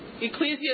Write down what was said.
Ecclesia